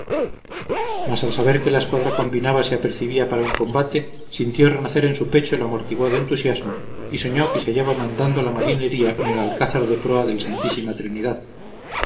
mas al saber que la escuadra combinada se apercibía para un gran combate sintió renacer en su pecho el amortiguado entusiasmo y soñó que se hallaba mandando la marinería en el alcázar de proa del santísima trinidad